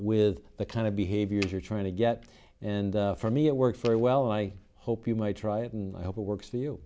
with the kind of behaviors you're trying to get and for me it works for well i hope you might try it and i hope it works for you